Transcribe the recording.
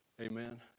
Amen